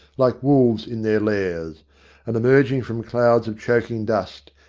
like wolves in their lairs and emerging from clouds of choking dust,